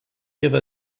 give